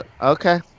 Okay